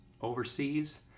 overseas